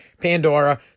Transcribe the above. Pandora